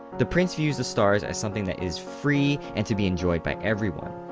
the prince views the stars as something that is free and to be enjoyed by everyone.